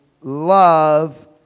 love